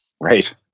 Right